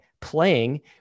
playing